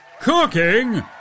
Cooking